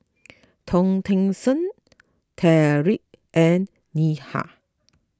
Hortense Trae and Neha